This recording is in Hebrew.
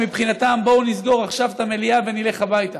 שמבחינתם בואו נסגור עכשיו את המליאה ונלך הביתה.